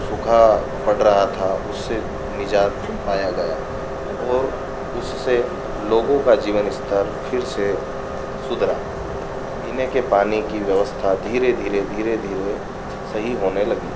सूखा पड़ रहा था उससे निजात पाया गया और उससे लोगों का जीवन स्तर फिर से सुधरा पीने के पानी की व्यवस्था धीरे धीरे धीरे धीरे सही होने लगी